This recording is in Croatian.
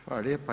Hvala lijepa.